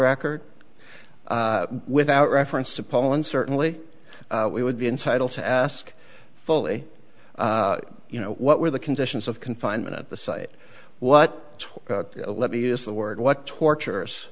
record without reference to poland certainly we would be entitled to ask fully you know what were the conditions of confinement at the site what let me use the word what tortures